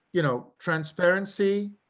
you know, transparency,